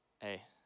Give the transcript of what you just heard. hey